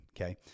Okay